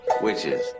Witches